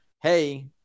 hey